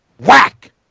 whack